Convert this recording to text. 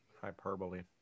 hyperbole